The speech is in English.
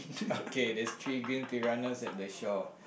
okay there's three green piranhas at the shore